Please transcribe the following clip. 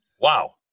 Wow